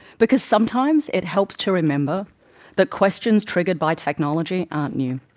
because sometimes, it helps to remember that questions triggered by technology aren't new,